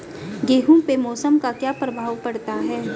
गेहूँ पे मौसम का क्या प्रभाव पड़ता है?